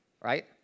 Right